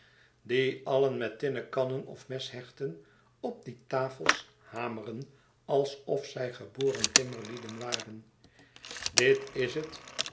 die alien met tinnen kannen of meshechten op die tafels hameren alsof zij geboren timmerlieden waren dit is het